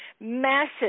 massive